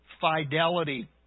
fidelity